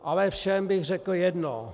Ale všem bych řekl jedno.